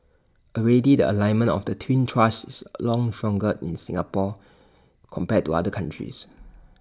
already the alignment of the twin thrusts is A long stronger in Singapore compared to other countries